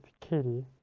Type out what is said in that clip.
Katie